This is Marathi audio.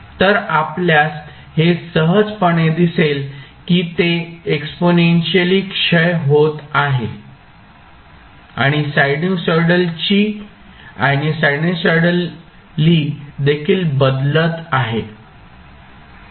तर आपल्यास हे सहजपणे दिसेल की ते एक्सपोनेन्शियली क्षय होत आहे आणि सायनसॉईडली देखील बदलत आहे